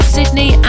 Sydney